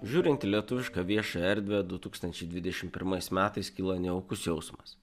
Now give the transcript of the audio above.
žiūrint į lietuvišką viešąją erdvę du tūkstančiai dvidešim pirmais metais kilo nejaukus jausmas